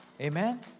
amen